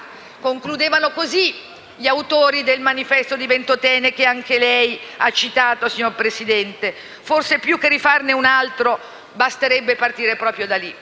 concludevano così gli autori del Manifesto di Ventotene che anche lei ha citato, signor Presidente. Forse più che rifarne un altro di manifesto basterebbe ripartire proprio da lì.